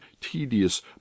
tedious